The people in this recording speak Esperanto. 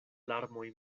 larmoj